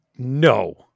No